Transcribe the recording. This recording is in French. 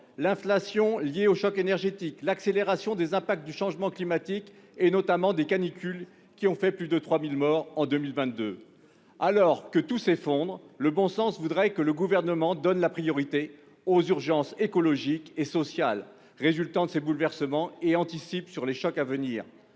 inflation liée au choc énergétique, accélération des conséquences du changement climatique, notamment des canicules, qui ont fait plus de 3 000 morts en 2022 ... Alors que tout s'effondre, le bon sens voudrait que le Gouvernement donne la priorité aux urgences écologiques et sociales résultant de ces bouleversements et anticipe les chocs à venir.